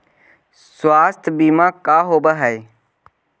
स्वास्थ्य बीमा का होव हइ?